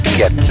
get